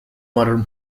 modern